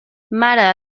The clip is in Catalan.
mare